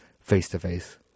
face-to-face